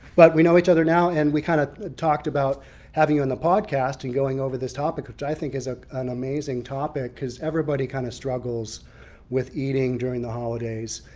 but we know each other now and we kind of talked about having you on and the podcast and going over this topic, which i think is an amazing topic because everybody kind of struggles with eating during the holidays.